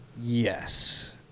Yes